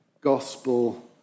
gospel